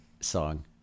song